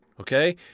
Okay